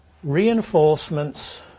Reinforcements